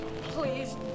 Please